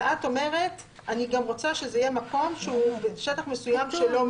ואת אומרת: אני גם רוצה שזה יהיה מקום שהוא שטח מסוים שלא מבנה.